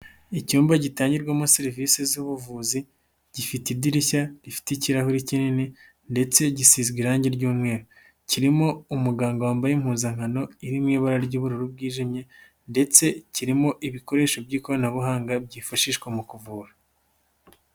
Icyumba gitangirwamo serivisi z'ubuvuzi, gifite idirishya rifite ikirahure kinini ndetse gisizwe irangi ry'umweru, kirimo umuganga wambaye impuzankano, iri mu ibara ry'ubururu bwijimye ndetse kirimo ibikoresho by'ikoranabuhanga, byifashishwa mu kuvura.